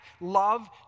love